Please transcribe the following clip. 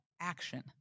action